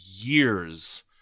years